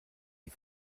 die